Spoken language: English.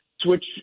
switch